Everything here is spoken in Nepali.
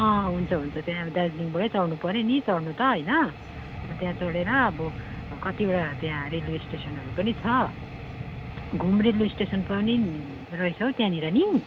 अँ हुन्छ हुन्छ त्यहाँ दार्जिलिङबाटै चढ्नुपऱ्यो नि चढ्नु त होइन अन्त त्यहाँ चढेर अब कतिवटा त्यहाँ रेलवे स्टेसनहरू पनि छ घुम रेलवे स्टेसन पनि रहेछ हौ त्यहाँनिर नि